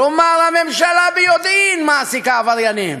כלומר הממשלה ביודעין מעסיקה עבריינים.